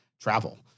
travel